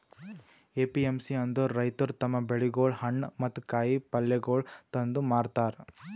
APMC ಅಂದುರ್ ರೈತುರ್ ತಮ್ ಬೆಳಿಗೊಳ್, ಹಣ್ಣ ಮತ್ತ ಕಾಯಿ ಪಲ್ಯಗೊಳ್ ತಂದು ಮಾರತಾರ್